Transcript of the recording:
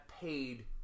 paid